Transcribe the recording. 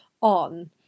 on